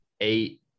eight